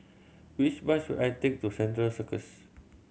which bus should I take to Central Circus